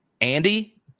Andy